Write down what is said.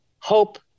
hope